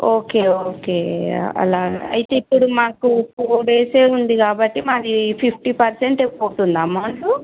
okay okay అలా అయితే ఇప్పుడు మాకు ఫోర్ డేసే ఉంది కాబట్టి మాది ఫిఫ్టీ పర్సెంట్ పోవుతుందా అమౌంట్